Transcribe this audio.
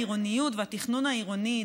העירוניות והתכנון העירוני,